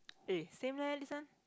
eh same leh this one